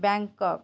Bangkok